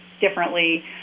differently